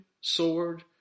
sword